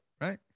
Right